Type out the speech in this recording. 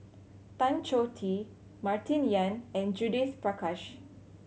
Tan Choh Tee Martin Yan and Judith Prakash